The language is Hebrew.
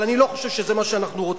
אבל אני לא חושב שזה מה שאנחנו רוצים.